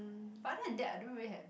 but other than that I don't really have